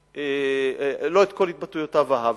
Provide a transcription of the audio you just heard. שלא את כל התבטאויותיו אהבתי,